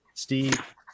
Steve